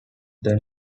then